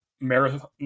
marathon